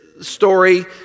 story